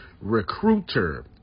Recruiter